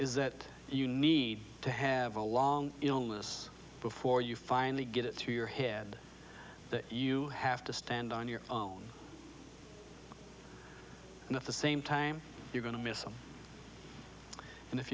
is that you need to have a long illness before you finally get it through your head that you have to stand on your own and at the same time you're going to miss and if